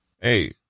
Hey